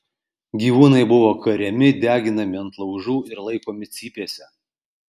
gyvūnai buvo kariami deginami ant laužų ir laikomi cypėse